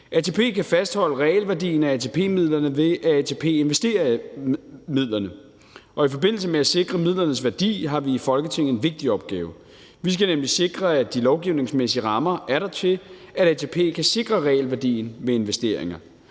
ATP kan fastholde realværdien af ATP-midlerne, ved at ATP investerer midlerne. Og i forbindelse med at sikre midlernes værdi har vi i Folketinget en vigtig opgave. Vi skal nemlig sikre, at de lovgivningsmæssige rammer er der til, at ATP kan sikre realværdien med investeringer.